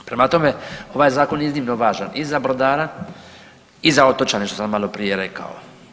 Prema tome, ovaj zakon je iznimno važan i za brodara i za otočane što sam maloprije rekao.